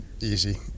easy